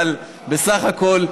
אבל בסך הכול,